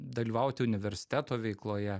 dalyvauti universiteto veikloje